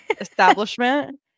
Establishment